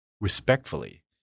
respectfully